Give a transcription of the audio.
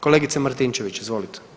Kolegice Martinčević, izvolite.